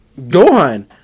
Gohan